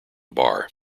bar